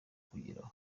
kugeraho